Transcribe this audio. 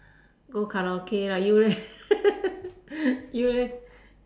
go karaoke lah you leh you leh